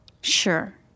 Sure